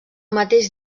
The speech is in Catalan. mateix